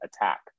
attack